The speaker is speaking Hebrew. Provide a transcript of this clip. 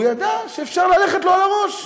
והוא ידע שאפשר ללכת לו על הראש.